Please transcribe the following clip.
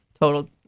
total